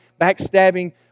backstabbing